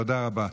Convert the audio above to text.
תודה רבה.